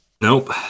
nope